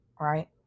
right